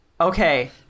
Okay